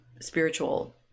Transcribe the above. spiritual